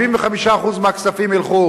75% מהכספים ילכו